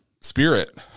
spirit